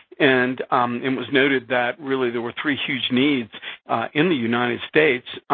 and it was noted that, really, there were three huge needs in the united states.